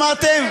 לא שמעתם?